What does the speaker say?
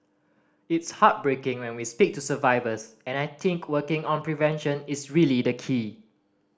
it's heartbreaking when we speak to survivors and I think working on prevention is really the key